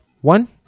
one